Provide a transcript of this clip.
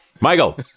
Michael